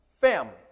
family